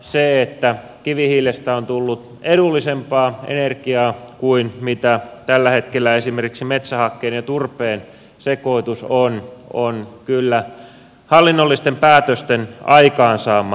se että kivihiilestä on tullut edullisempaa energiaa kuin mitä tällä hetkellä esimerkiksi metsähakkeen ja turpeen sekoitus on on kyllä hallinnollisten päätösten aikaansaamaa